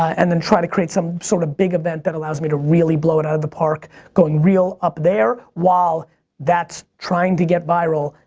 and then try to create some sort of big event that allows me to really blow it out of the park, going real up there while that's trying to get viral,